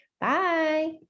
Bye